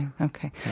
Okay